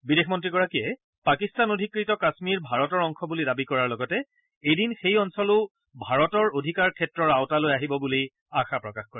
বিদেশ মন্ত্ৰীগৰাকীয়ে পাকিস্তান অধীকত কাশ্মীৰ ভাৰতৰ অংশ বুলি দাবী কৰাৰ লগতে এদিন সেই অঞ্চলো ভাৰতৰ অধিকাৰ ক্ষেত্ৰৰ আওতালৈ আহিব বুলি আশা প্ৰকাশ কৰে